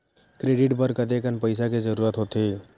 Credit बर कतेकन पईसा के जरूरत होथे?